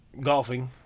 golfing